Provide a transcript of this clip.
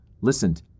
listened